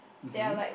mmhmm